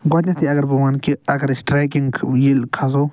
گۄڈنٮ۪تھٕے اگر بہٕ ونہٕ کہِ اگر أسۍ ٹرٛیکِنٛگ ییٚلہِ کھسو